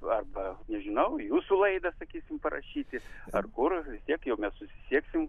arba nežinau į jūsų laidą sakysim parašyti ar kur vis tiek jau mes susisieksim